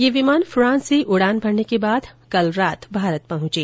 ये विमान फ्रांस से उड़ान भरने के बाद कल रात भारत पहंचे